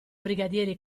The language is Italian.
brigadiere